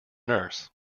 nurse